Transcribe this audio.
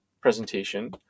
presentation